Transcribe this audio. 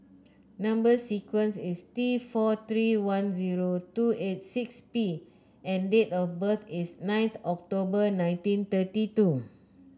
number sequence is T four three one zero two eight six P and date of birth is ninth October nineteen thirty two